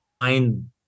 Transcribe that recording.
find